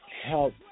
help